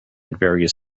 various